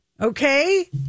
Okay